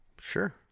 Sure